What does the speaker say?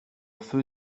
feu